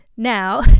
Now